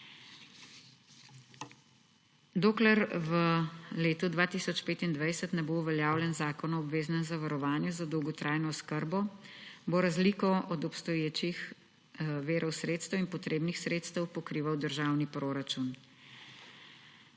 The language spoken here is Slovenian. Dokler v letu 2025 ne bo uveljavljen Zakon o obveznem zavarovanju za dolgotrajno oskrbo, bo razliko od obstoječih virov sredstev in potrebnih sredstev pokrival državni proračun.